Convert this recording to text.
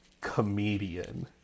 comedian